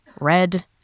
red